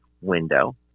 window